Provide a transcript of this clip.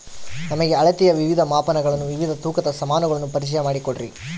ನಮಗೆ ಅಳತೆಯ ವಿವಿಧ ಮಾಪನಗಳನ್ನು ವಿವಿಧ ತೂಕದ ಸಾಮಾನುಗಳನ್ನು ಪರಿಚಯ ಮಾಡಿಕೊಡ್ರಿ?